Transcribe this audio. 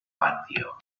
patio